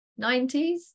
90s